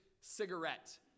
cigarette